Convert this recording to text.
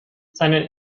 seinen